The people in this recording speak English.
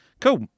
Cool